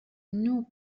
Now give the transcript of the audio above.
new